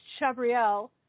Chabriel